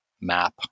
map